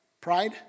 pride